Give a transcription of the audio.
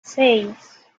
seis